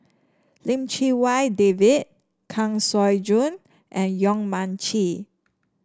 Lim Chee Wai David Kang Siong Joo and Yong Mun Chee